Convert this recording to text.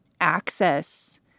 access